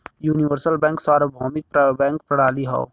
universal bank सार्वभौमिक bank प्रणाली हौ